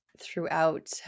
throughout